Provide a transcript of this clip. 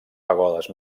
pagodes